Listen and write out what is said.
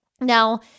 Now